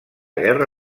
guerra